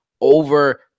over